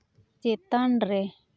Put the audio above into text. ᱪᱮᱛᱟᱱ ᱨᱮ